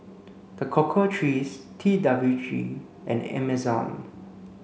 The Cocoa Trees T W G and Amazon